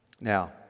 Now